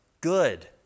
good